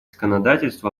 законодательство